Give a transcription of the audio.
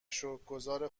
شکرگزار